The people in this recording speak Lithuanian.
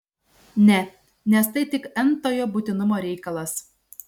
ne nes tai tik n tojo būtinumo reikalas